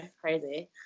crazy